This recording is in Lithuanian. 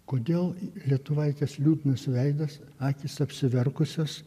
kodėl lietuvaitės liūdnas veidas akys apsiverkusios